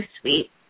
sweet